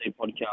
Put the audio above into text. podcast